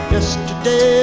Yesterday